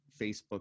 facebook